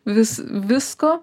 vis visko